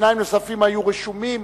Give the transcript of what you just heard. שניים נוספים היו רשומים: